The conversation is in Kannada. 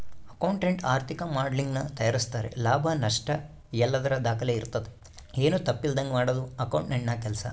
ಅಕೌಂಟೆಂಟ್ ಆರ್ಥಿಕ ಮಾಡೆಲಿಂಗನ್ನ ತಯಾರಿಸ್ತಾರೆ ಲಾಭ ನಷ್ಟಯಲ್ಲದರ ದಾಖಲೆ ಇರ್ತತೆ, ಏನು ತಪ್ಪಿಲ್ಲದಂಗ ಮಾಡದು ಅಕೌಂಟೆಂಟ್ನ ಕೆಲ್ಸ